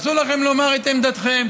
אסור לכם לומר את עמדתכם,